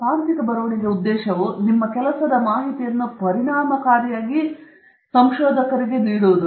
ತಾಂತ್ರಿಕ ಬರವಣಿಗೆಯ ಉದ್ದೇಶವು ನಿಮ್ಮ ಕೆಲಸದ ಮಾಹಿತಿಯನ್ನು ಪರಿಣಾಮಕಾರಿಯಾಗಿ ನೀಡುವುದು